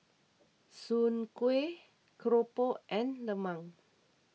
Soon Kuih Keropok and Lemang